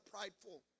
prideful